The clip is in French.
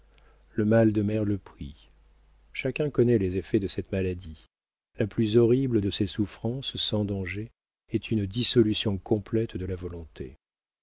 le mal de mer le prit chacun connaît les effets de cette maladie la plus horrible de ses souffrances sans danger est une dissolution complète de la volonté